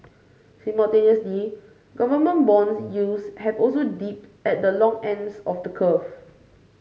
simultaneously government bond yields have also dipped at the long ends of the curve